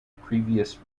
previous